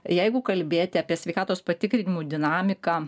jeigu kalbėti apie sveikatos patikrinimų dinamiką